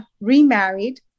remarried